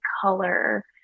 color